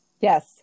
Yes